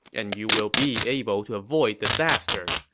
and you will be able to avoid disaster.